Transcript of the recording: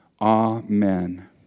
Amen